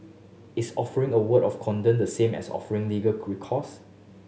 is offering a word of condolence the same as offering legal recourse